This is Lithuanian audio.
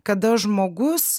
kada žmogus